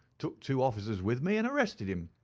took two officers with me, and arrested him.